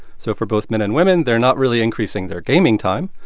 so for both men and women, they're not really increasing their gaming time.